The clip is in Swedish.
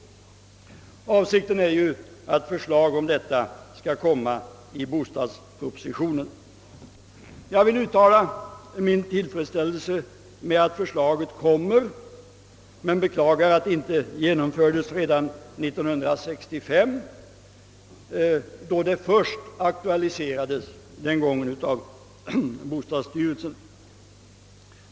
Avsikten är att förslag därom skall intagas i bostadspropositionen. Jag vill uttala min tillfredsställelse med att förslaget kommer att lämnas men beklagar att det inte genomfördes redan 1965 då frågan först aktualiserades, den gången av bostadsstyrelsen.